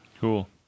Cool